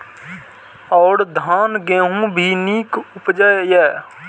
और धान गेहूँ भी निक उपजे ईय?